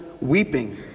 weeping